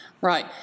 Right